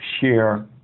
share